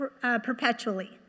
perpetually